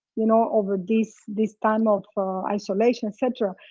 you know over this this time of isolation, etc.